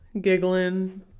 Giggling